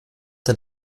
den